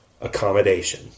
accommodation